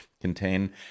contain